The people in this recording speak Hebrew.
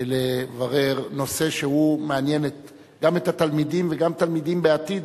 לברר נושא שהוא מעניין גם את התלמידים וגם תלמידים בעתיד,